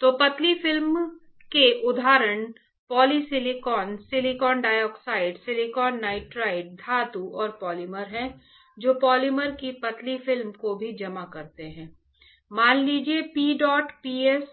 तो पतली फिल्म के उदाहरण polysilicon silicon dioxide silicon nitride धातु और पॉलिमर हैं जो पॉलीमर की पतली फिल्म को भी जमा करते हैं मान लीजिए p डॉट p s